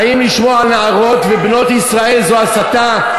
האם לשמור על נערות ובנות ישראל זו הסתה?